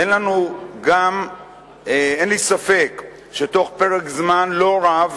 אין לי ספק שבתוך פרק זמן לא רב